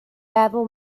feddwl